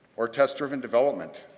or test-driven development.